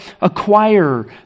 acquire